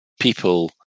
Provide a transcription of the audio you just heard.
people